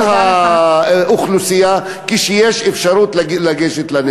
לכל האוכלוסייה, כשיש אפשרות לגשת לנשק זה.